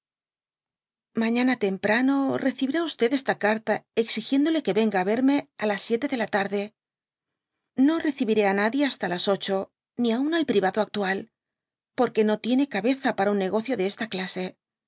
mañana temprano recibirá esta carta exigiéndole que yenga á yerme á las siete de la tarde no recibiré d nadie hasta las ocho ni atin al priyado actual porque no tiene cabeza para un negocio de esta clase